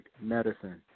medicine